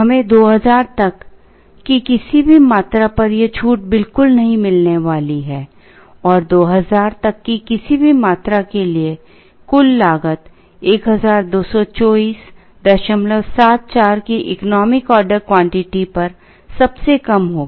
हमें 2000 तक की किसी भी मात्रा पर यह छूट बिल्कुल नहीं मिलने वाली है और 2000 तक की किसी भी मात्रा के लिए कुल लागत 122474 की इकोनॉमिक ऑर्डर क्वांटिटी पर सबसे कम होगी